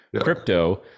Crypto